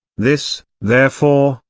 this, therefore,